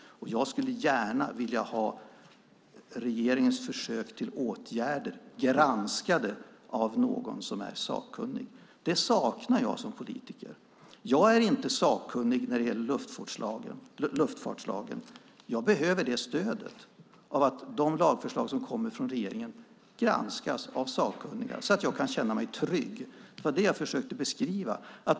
Jag skulle gärna vilja ha regeringens försök till åtgärder granskade av någon som är sakkunnig. Det saknar jag som politiker. Jag är inte sakkunnig när det gäller luftfartslagen. Jag behöver det stödet att de lagförslag som kommer från regeringen granskas av sakkunniga så att jag kan känna mig trygg. Det var det jag försökte beskriva.